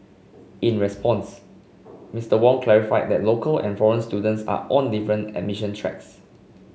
in response Mister Wong clarified that local and foreign students are on different admission tracks